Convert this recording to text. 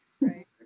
Right